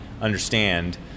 understand